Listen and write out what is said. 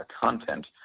content